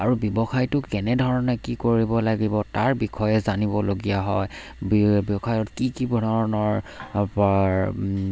আৰু ব্যৱসায়টো কেনেধৰণে কি কৰিব লাগিব তাৰ বিষয়ে জানিবলগীয়া হয় ব্যৱসায়ত কি কি ধৰণৰ